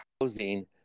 housing